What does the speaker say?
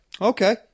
okay